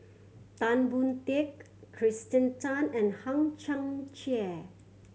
Tan Boon Teik Kirsten Tan and Hang Chang Chieh